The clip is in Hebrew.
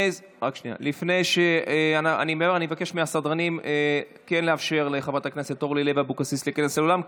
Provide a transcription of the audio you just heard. אני מבקש מהסדרנים לאפשר לחברת הכנסת אורלי לוי אבקסיס להיכנס לאולם,